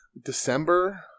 December